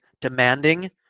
demanding